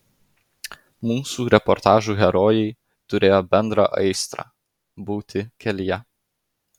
mūsų reportažų herojai turėjo bendrą aistrą būti kelyje